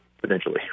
potentially